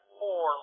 four